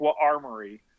Armory